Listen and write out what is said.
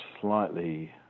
slightly